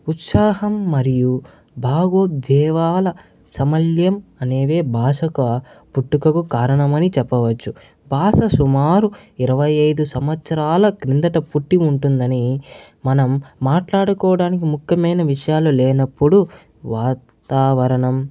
ఉత్సాహం మరియు భావోద్వేగాల సమల్యం అనేవే భాషకు పుట్టుకకు కారణమని చెప్పవచ్చు భాష సుమారు ఇరవై ఐదు సంవత్సరాల క్రిందట పుట్టి ఉంటుందని మనం మాట్లాడుకోడానికి ముఖ్యమైన విషయాలు లేనప్పుడు వాతావరణం